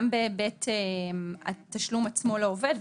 גם בהיבט התשלום עצמו לעובד,